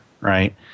right